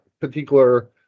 particular